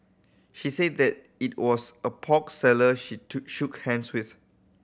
she said that it was a pork seller she shook hands with